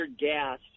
gas